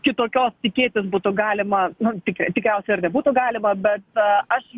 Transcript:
kitokios tikėtis būtų galima nu tik tikriausiai ir nebūtų galima bet aš